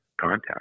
contact